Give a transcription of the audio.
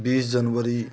बीस जनवरी